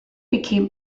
became